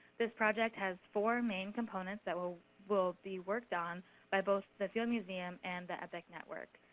this project has four main components that will will be worked on by both the field museum and the epic network.